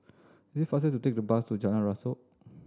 is faster to take the bus to Jalan Rasok